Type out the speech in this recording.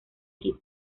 equipo